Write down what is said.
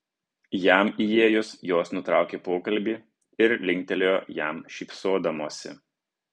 jam įėjus jos nutraukė pokalbį ir linktelėjo jam šypsodamosi